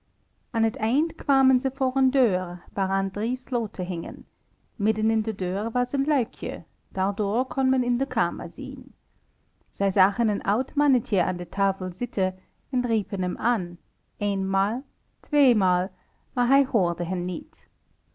aan het eind kwamen zij voor een deur waaraan drie sloten hingen midden in de deur was een luikje daardoor kon men in de kamer zien zij zagen een oud mannetje aan de tafel zitten en riepen hem aan éénmaal tweemaal maar hij hoorde hen niet